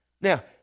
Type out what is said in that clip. Now